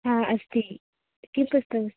हा अस्ति किं पुस्तकं